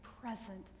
present